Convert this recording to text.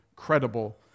credible